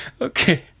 Okay